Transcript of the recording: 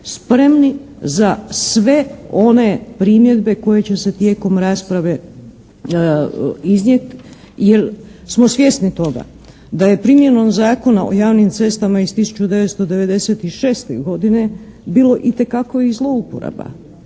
spremni za sve one primjedbe koje će se tijekom rasprave iznijeti jer smo svjesni toga da je primjenom Zakona o javnim cestama iz 1996. godine bilo itekakovih zlouporaba.